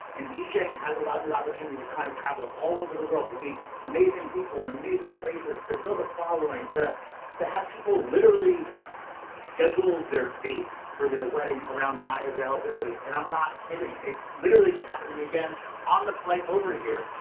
and djing has allowed me the opportunity to kinda kind of travel all over the world, to meet amazing people in amazing places, to build a following, to to have people literally schedule their dates for their wedding around my availability, and i'm not kidding, it literally just happened to me again on the flight over here.